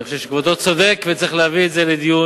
אני חושב שכבודו צודק, וצריך להביא את זה לדיון